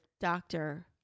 doctor